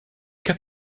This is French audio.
cas